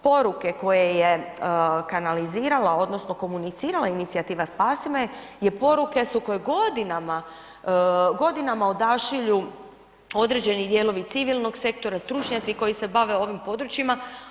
Poruke koje je kanalizirala odnosno komunicirala inicijativa Spasi me je poruke su koje godinama odašilju određeni dijelovi civilnog sektora, stručnjaci koji se bave ovim područjima.